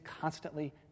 constantly